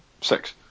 six